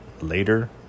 later